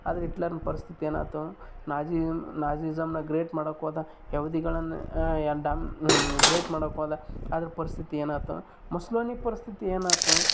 ಆದರೆ ಹಿಟ್ಲರ್ನ ಪರಿಸ್ಥಿತಿ ಏನಾತು ನಾಜಿ ನಾಜಿಸಮ್ನ ಗ್ರೇಟ್ ಮಾಡೋಕ್ ಹೋದ ಯಹೂದಿಗಳನ್ನ ಎಡ್ಡಮ್ ಗ್ರೇಟ್ ಮಾಡೋಕ್ ಹೋದ ಆದ್ರೆ ಪರಿಸ್ಥಿತಿ ಏನಾತು ಇಸ್ಲಾಮಿಕ್ ಪರಿಸ್ಥಿತಿ ಏನಾತು